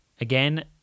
Again